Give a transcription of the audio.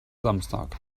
samstag